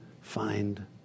find